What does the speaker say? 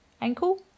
ankle